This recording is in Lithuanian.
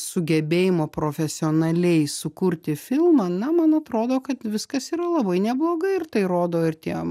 sugebėjimo profesionaliai sukurti filmą na man atrodo kad viskas yra labai neblogai ir tai rodo ir tie